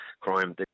crime